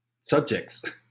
subjects